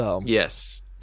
Yes